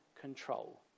control